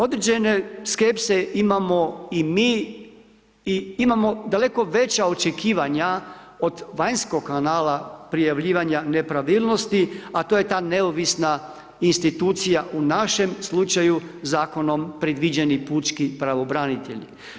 Određene skepse imamo i mi i imamo daleko veća očekivanja od vanjskog kanala prijavljivanja nepravilnosti, a to je ta neovisna institucija, u našem slučaju, Zakonom predviđeni pučki pravobranitelj.